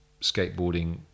skateboarding